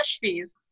fees